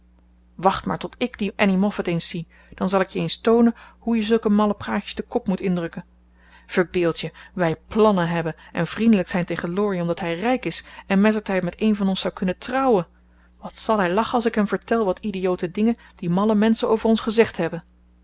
wacht maar tot ik die annie moffat eens zie dan zal ik je eens toonen hoe je zulke malle praatjes den kop moet indrukken verbeeld je wij plannen hebben en vriendelijk zijn tegen laurie omdat hij rijk is en mettertijd met een van ons zou kunnen trouwen wat zal hij lachen als ik hem vertel wat idiote dingen die malle menschen over ons gezegd hebben